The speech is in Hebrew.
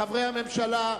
חברי הממשלה,